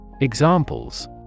Examples